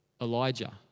Elijah